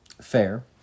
Fair